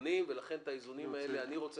תיקונים ולכן את האיזונים האלה אני רוצה